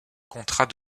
contrat